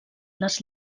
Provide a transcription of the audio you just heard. les